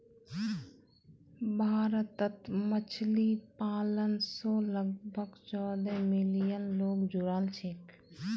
भारतत मछली पालन स लगभग चौदह मिलियन लोग जुड़ाल छेक